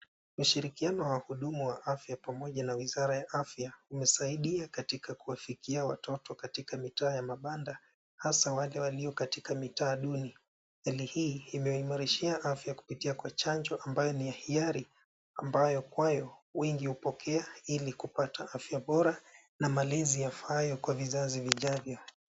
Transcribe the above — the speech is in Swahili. Ushirikiano wa hudumu wa afya pamoja na wizara ya afya imesaidia katika kuwafikia watoto katika mitaa ya mabanda, hasa wale walio katika mitaa duni. Hali hii imeimarishia afya kupitia kwa chanjo ambayo ni ya hiari, ambayo kwayo wingi hupokea ili kupata afya bora na malezi yafaayo kwa vizazi vijavyo.